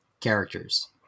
characters